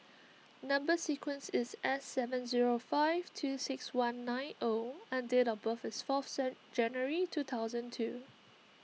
Number Sequence is S seven zero five two six one nine O and date of birth is fourth January two thousand two